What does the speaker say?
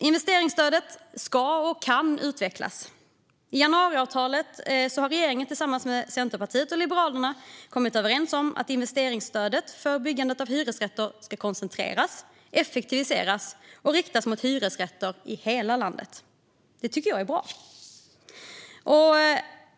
Investeringsstödet kan och ska utvecklas, fru talman. I januariavtalet har regeringen tillsammans med Centerpartiet och Liberalerna kommit överens om att investeringsstödet till byggandet av hyresrätter ska koncentreras, effektiviseras och riktas mot hyresrätter i hela landet. Det tycker jag är bra.